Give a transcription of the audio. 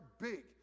big